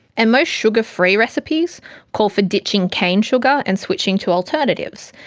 and most sugar free recipes call for ditching cane sugar and switching to alternatives,